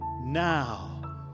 now